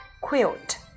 quilt